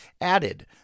added